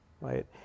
right